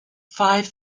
five